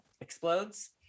explodes